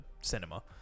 cinema